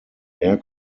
air